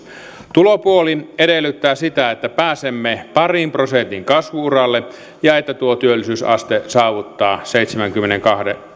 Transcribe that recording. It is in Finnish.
tulopuoli edellyttää sitä että pääsemme parin prosentin kasvu uralle ja että tuo työllisyysaste saavuttaa seitsemänkymmenenkahden